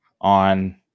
on